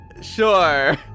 Sure